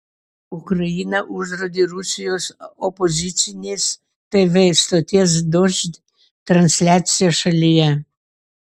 ukraina uždraudė rusijos opozicinės tv stoties dožd transliaciją šalyje